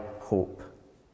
hope